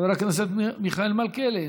חבר הכנסת מיכאל מלכיאלי,